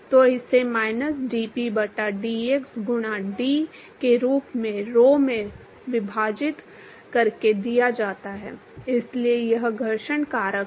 तो इसे minus dp बटा dx गुणा D के रूप में rho से विभाजित करके दिया जाता है इसलिए यह घर्षण कारक है